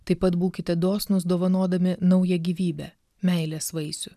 taip pat būkite dosnūs dovanodami naują gyvybę meilės vaisių